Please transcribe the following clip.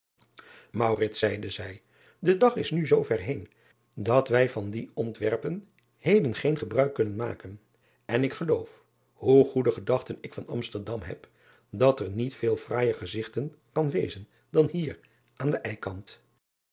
zeide zij de dag is nu zoo ver heen dat wij van die ontwerpen heden geen gebruik kunnen maken en ik geloof hoe goede gedachten ik van msterdam heb dat er niet veel fraaijer gezigt kan wezen dan hier aan den kant